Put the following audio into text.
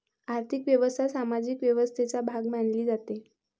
आर्थिक व्यवस्था सामाजिक व्यवस्थेचा भाग मानली जाते